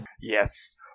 Yes